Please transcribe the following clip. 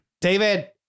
David